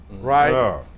Right